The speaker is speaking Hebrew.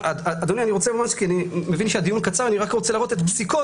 אני מבין שהדיון קצר ואני רק רוצה להראות פסיקות,